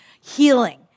healing